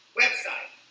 website